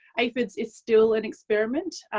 aphids is still an experiment.